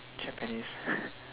japanese